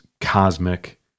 cosmic